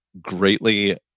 greatly